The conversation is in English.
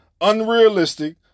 unrealistic